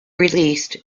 released